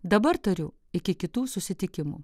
dabar tariu iki kitų susitikimų